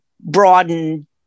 broaden